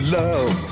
love